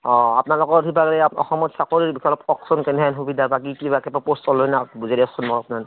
অঁ আপনালোকৰ সিফালে আপ অসমৰ চাকৰিৰ বিষয়ে অলপ কওকচোন কেনেহেন সুবিধা বাকী কিবা কিবা পোষ্ট ওলাই না বুজাই দিয়কচোন মোক